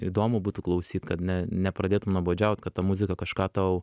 įdomu būtų klausyt kad nepradėtum nuobodžiaut kad ta muzika kažką tau